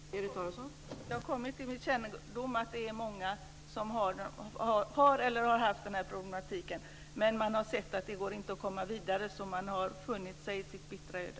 Fru talman! Det har kommit till min kännedom att det är många som har, eller som har haft, den här problematiken. Man har dock sett att det inte går att komma vidare, så man har funnit sig i sitt bittra öde.